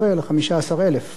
נכון מאוד.